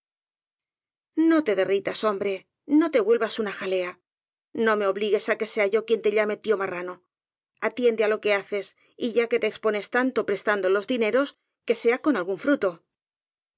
no te derritas hombre no te vuelvas una ja lea no me obligues á que sea yo quien te llame tío marrano atiende á lo que haces y ya que te expo nes tanto prestando los dineros que sea con algún fruto